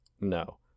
No